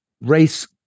race